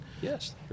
Yes